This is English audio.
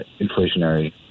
inflationary